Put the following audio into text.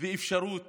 ואפשרות